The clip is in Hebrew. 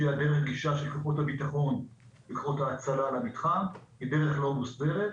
שהיא דרך הגישה של כוחות הביטחון וההצלה למתחם והיא דרך לא מוסדרת.